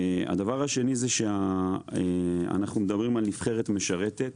הדבר השני הוא שאנחנו מדברים על נבחרת משרתת.